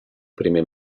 primer